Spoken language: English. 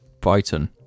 Brighton